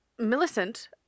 Millicent